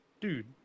dude